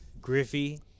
Griffey